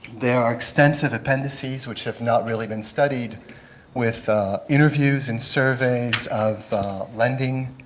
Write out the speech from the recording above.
there are extensive appendances which have not really been studied with interviews and surveys of lending